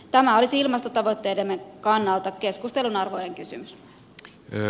tämä olisi ilmastotavoitteidemme kannalta keskustelun arvoinen kysymys